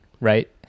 right